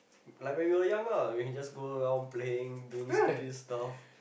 like when we were young lah like when we just go down playing doing stupid stuff